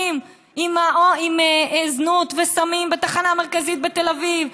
עם זנות וסמים בתחנה המרכזית בתל אביב,